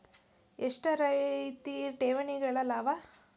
ಎಷ್ಟ ರೇತಿ ಠೇವಣಿಗಳ ಅವ?